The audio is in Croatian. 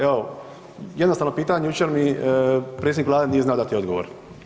Evo, jednostavno pitanje, jučer mi predsjednik vlade nije znao dati odgovor.